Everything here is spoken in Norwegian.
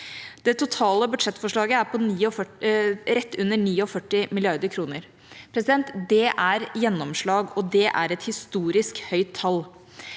Det totale budsjettforslaget er rett under 49 mrd. kr. Det er gjennomslag, og det er et historisk høyt tall.